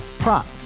Prop